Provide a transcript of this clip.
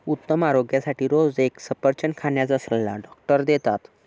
उत्तम आरोग्यासाठी रोज एक सफरचंद खाण्याचा सल्ला डॉक्टर देतात